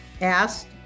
Asked